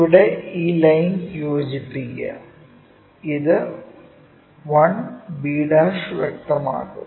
അവിടെ ഈ ലൈൻ യോജിപ്പിക്കുക ഇത് 1b വ്യക്തമാകും